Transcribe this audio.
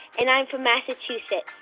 and i'm from massachusetts.